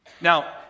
Now